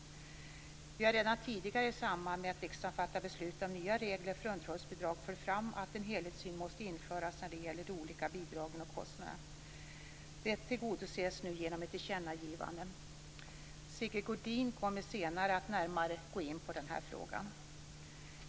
Vi har redan tidigare i samband med att riksdagen fattade beslut om nya regler för underhållsbidrag fört fram att en helhetssyn måste införas när det gäller de olika bidragen och kostnaderna. Detta tillgodoses nu genom ett tillkännagivande. Sigge Godin kommer senare att närmare gå in på denna fråga.